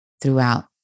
throughout